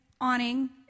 awning